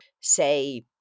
say